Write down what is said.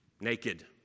naked